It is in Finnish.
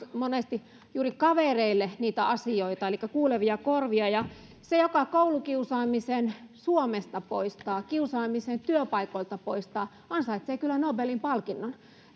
monesti juuri kavereille niitä asioita elikkä kuulevia korvia ja se joka koulukiusaamisen suomesta poistaa kiusaamisen työpaikoilta poistaa ansaitsee kyllä nobelin palkinnon